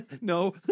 no